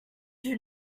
you